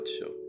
show